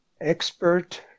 Expert